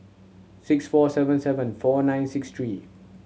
six four seven seven four nine six three